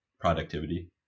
productivity